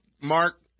Mark